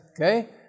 Okay